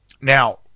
Now